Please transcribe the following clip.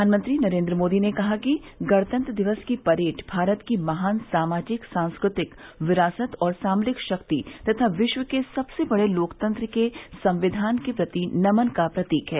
प्रधानमंत्री नरेन्द्र मोदी ने कहा है कि गणतंत्र दिवस की परेड भारत की महान सामाजिक सांस्कृतिक विरासत और सामरिक शक्ति तथा विश्व के सबसे बड़े लोकतंत्र के संविधान के प्रति नमन का प्रतीक है